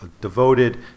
devoted